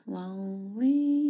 Lonely